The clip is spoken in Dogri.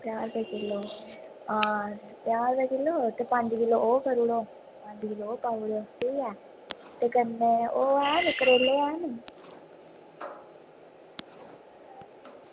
चार रपेऽ किलो ते पंज किलो ओह् करी ओड़ो पंज किलो ओह् पाई ओड़ो ते कन्नै करेले हैन निं